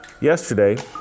Yesterday